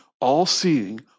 all-seeing